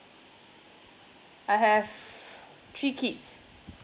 I have three kids